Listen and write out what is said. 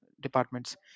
departments